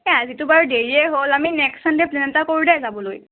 এ আজিটো বাৰু দেৰিয়ে হ'ল আমি নেক্সট চানডে' প্লেন এটা কৰোঁ দে যাবলৈ